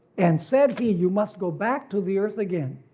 and said he, you must go back to the earth again,